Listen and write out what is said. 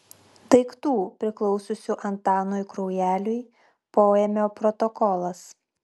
daiktų priklausiusių antanui kraujeliui poėmio protokolas